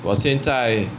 我现在